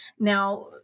Now